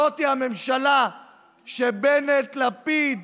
זאת הממשלה שבנט, לפיד,